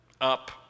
up